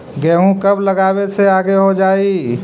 गेहूं कब लगावे से आगे हो जाई?